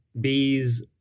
bees